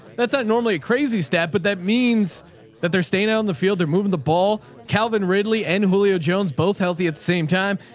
that's not normally a crazy stat, but that means that they're staying out in the field they're moving the ball. calvin ridley and julio jones, both healthy at the same time.